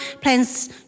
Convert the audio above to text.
plans